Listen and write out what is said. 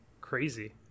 crazy